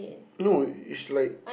no is like